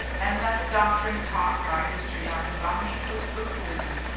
and that the doctrine taught by mr. yahi-bahi was boohooism.